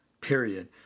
period